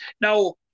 Now